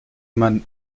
man